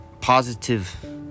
positive